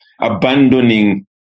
abandoning